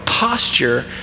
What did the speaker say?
Posture